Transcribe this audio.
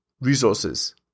resources